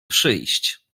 przyjść